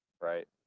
Right